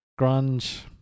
Grunge